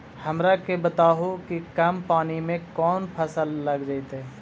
हमरा के बताहु कि कम पानी में कौन फसल लग जैतइ?